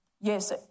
yes